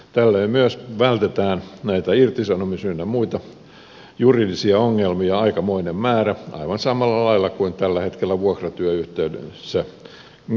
tällöin myös vältetään näitä irtisanomis ynnä muita juridisia ongelmia aikamoinen määrä aivan samalla lailla kuin tällä hetkellä vuokratyön yhteydessä muutenkin tapahtuu